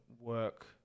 work